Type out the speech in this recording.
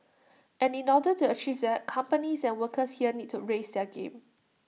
and in order to achieve that companies and workers here need to raise their game